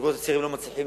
הזוגות הצעירים לא מצליחים